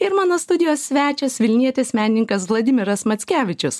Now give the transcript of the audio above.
ir mano studijos svečias vilnietis menininkas vladimiras mackevičius